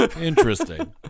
Interesting